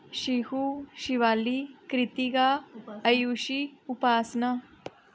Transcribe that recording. Shikhu Shivali Kritika Ayushi Upasana